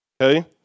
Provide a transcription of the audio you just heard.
Okay